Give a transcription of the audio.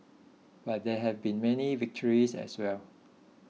but there have been many victories as well